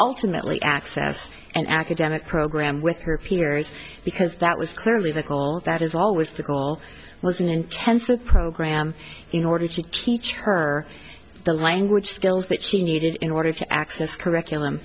ultimately access an academic program with her peers because that was clearly the goal that is always the goal was an intensive program in order to teach her the language skills that she needed in order to access curriculum